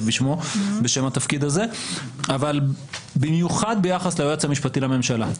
בשם התפקיד הזה אבל במיוחד ביחס ליועץ המשפטי לממשלה.